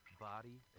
body